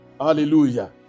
Hallelujah